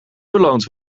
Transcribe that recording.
beloond